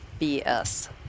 bs